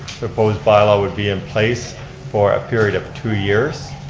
proposed bylaw would be in place for a period of two years.